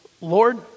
Lord